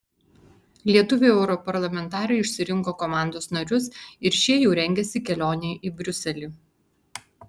lietuviai europarlamentarai išsirinko komandos narius ir šie jau rengiasi kelionei į briuselį